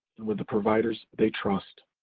and with the providers they trust.